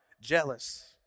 jealous